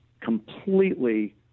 completely